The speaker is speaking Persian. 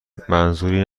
منظوری